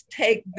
take